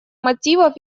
мотивов